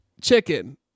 Chicken